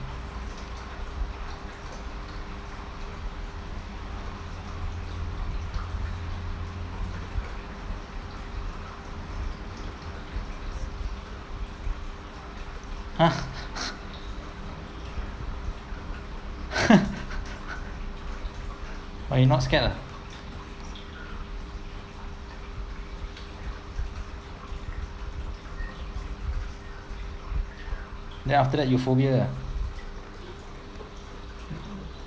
!huh! oh you not scared ah then after you phobia